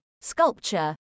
sculpture